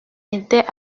étaient